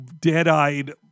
dead-eyed